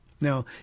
Now